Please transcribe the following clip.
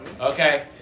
Okay